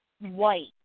white